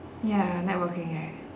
ya networking right